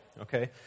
okay